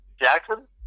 Jackson